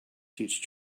teach